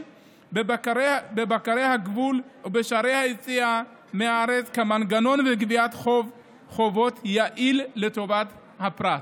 בבקרי הגבול ובשערי היציאה מהארץ כמנגנון לגביית חובות יעיל כלפי הפרט.